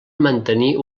mantenir